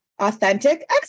authentic